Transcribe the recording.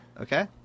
Okay